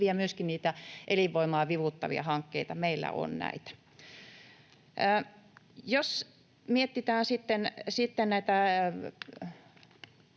myöskin sitä elinvoimaa vivuttavia hankkeita. Meillä on näitä. Jos mietitään sitten näitä